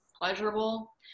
pleasurable